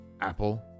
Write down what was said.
Apple